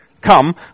Come